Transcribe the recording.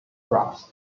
grass